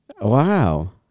Wow